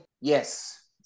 Yes